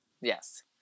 Yes